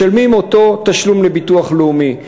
משלמים אותו תשלום לביטוח לאומי,